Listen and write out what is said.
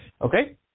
okay